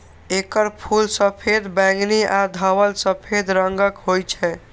एकर फूल सफेद, बैंगनी आ धवल सफेद रंगक होइ छै